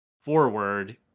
forward